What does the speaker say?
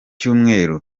cyumweru